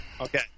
okay